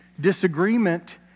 disagreement